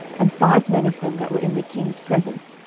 and five men of them that were in the king's presence,